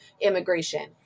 immigration